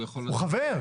הוא חבר.